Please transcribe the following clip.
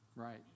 Right